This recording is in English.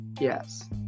Yes